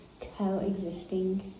coexisting